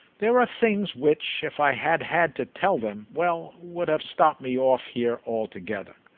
there are things which if i had had to tell them well, would have stopped me off here altogether.